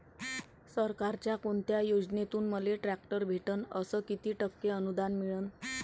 सरकारच्या कोनत्या योजनेतून मले ट्रॅक्टर भेटन अस किती टक्के अनुदान मिळन?